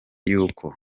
yuko